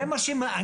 זה מה שמעניין?